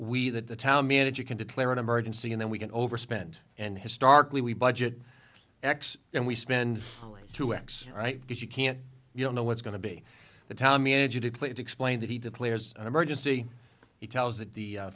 we that the town manager can declare an emergency and then we can overspend and historically we budget x and we spend two x right because you can't you don't know what's going to be the tommy energy to play it explained that he declares an emergency he tells that the